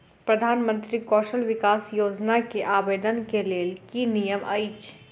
प्रधानमंत्री कौशल विकास योजना केँ आवेदन केँ लेल की नियम अछि?